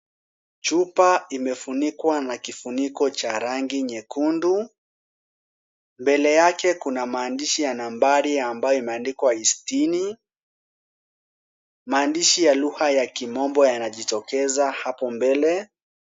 Chupa imefunikwa na kifuniko cha rangi nyekundu. Mbele yake kuna maandishi ya nambari ambayo imeandikwa sitini. Maandishi ya lugha ya kimombo yanajitokeza hapo mbele.